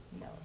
No